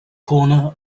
corner